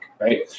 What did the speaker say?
right